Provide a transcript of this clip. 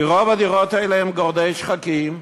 כי רוב הדירות האלה הן בגורדי שחקים,